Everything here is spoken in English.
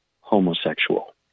homosexual